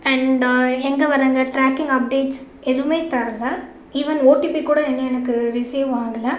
and எங்கள் வராங்க tracking updates எதுவுமே தரலை ஈவென் ஓடிபி கூட இன்னும் எனக்கு ரிசீவ் ஆகலை